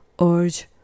urge